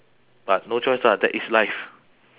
but no choice lah that is life